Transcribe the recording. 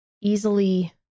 easily